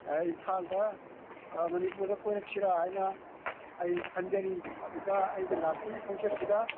ꯏꯝꯐꯥꯜꯗ ꯃꯅꯤꯄꯨꯔꯗ ꯀꯣꯏꯔꯛꯁꯤꯔ ꯍꯥꯏꯅ ꯑꯩ ꯈꯟꯖꯔꯤ ꯑꯗꯨꯗ ꯑꯩꯅ ꯂꯥꯛꯄꯒꯤ ꯈꯣꯡꯆꯠꯁꯤꯗ